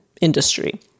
industry